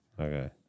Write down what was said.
Okay